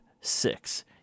six